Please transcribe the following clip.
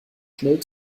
schnell